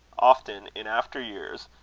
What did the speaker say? often, in after years,